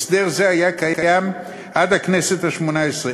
הסדר זה היה קיים עד הכנסת השמונה-עשרה,